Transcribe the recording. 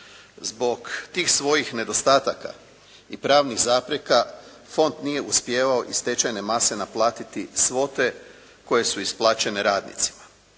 Zbog tih svojih nedostataka i pravnih zapreka fond nije uspijevao iz stečajne mase naplatiti svote koje su isplaćene radnicima.